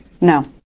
No